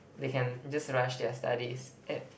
they can just rush their studies at